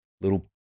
little